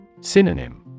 Synonym